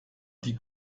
die